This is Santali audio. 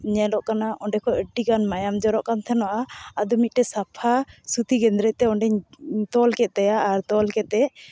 ᱧᱮᱞᱚᱜ ᱠᱟᱱᱟ ᱚᱸᱰᱮ ᱠᱷᱚᱱᱟᱜ ᱟᱹᱰᱤᱜᱟᱱ ᱢᱟᱭᱟᱢ ᱡᱚᱨᱚᱜ ᱠᱟᱱ ᱛᱟᱦᱮᱸ ᱱᱚᱜᱼᱟ ᱟᱫᱚ ᱢᱤᱫᱴᱟᱱ ᱥᱟᱯᱷᱟ ᱥᱩᱛᱤ ᱜᱮᱸᱫᱽᱨᱮᱡ ᱛᱮ ᱚᱸᱰᱮᱧ ᱛᱚᱞ ᱠᱮᱫ ᱛᱟᱭᱟ ᱟᱨ ᱛᱚᱞ ᱠᱟᱛᱮᱜ